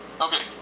Okay